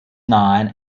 nine